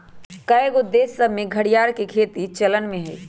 कएगो देश सभ में घरिआर के खेती चलन में हइ